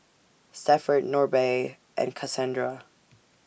Stafford Norbert and Kasandra